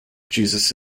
jesus